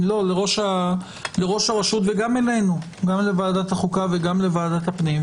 - לראש הרשות וגם לוועדות החוקה והפנים.